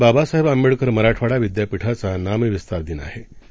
बाबासाहेबआंबेडकरमराठवाडाविद्यापीठाचानामविस्तारदिन आजडॉ